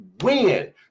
win